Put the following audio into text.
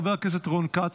חבר הכנסת רון כץ,